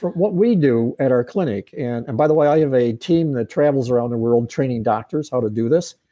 what we do at our clinic, and and by the way i have a team that travels around the world training doctors how to do this.